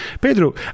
Pedro